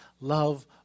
love